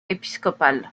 épiscopales